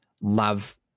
love